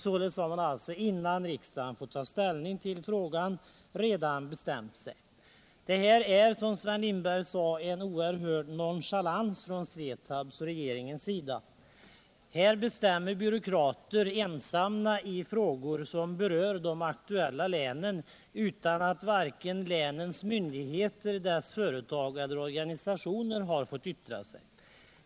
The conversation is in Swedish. Således har man bestämt sig redan innan riksdagen fått ta ställning till frågan. Detta är, som Sven Lindberg sade en oerhörd nonchalans från SVETAB:s och regeringens sida. Här bestämmer byråkrater ensamma i frågor som berör de aktuella länen utan att länens myndigheter, deras företag eller organisationer har fått yttra sig.